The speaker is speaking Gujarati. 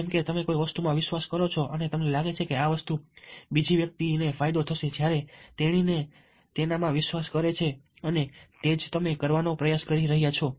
જેમકે તમે કોઈ વસ્તુમાં વિશ્વાસ કરો છો અને તમને લાગે છે કે આ વસ્તુ બીજી વ્યક્તિને તેનો ફાયદો થશે જ્યારે તેણી ને તેનામાં વિશ્વાસ કરે છે અને તે જ તમે કરવાનો પ્રયાસ કરી રહ્યાં છો